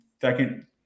Second